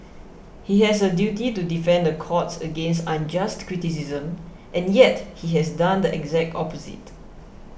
he has a duty to defend the courts against unjust criticism and yet he has done the exact opposite